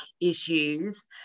issues